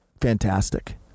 Fantastic